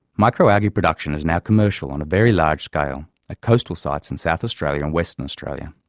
microalgae production is now commercial on a very large scale at coastal sites in south australia and western australia.